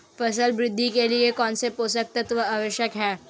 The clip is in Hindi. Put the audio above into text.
फसल वृद्धि के लिए कौनसे पोषक तत्व आवश्यक हैं?